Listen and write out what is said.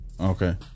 Okay